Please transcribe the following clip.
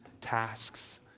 tasks